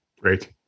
Great